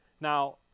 Now